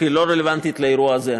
רק היא לא רלוונטית לאירוע הזה,